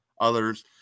others